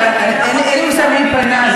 אין לי מושג מי פנה,